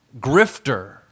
grifter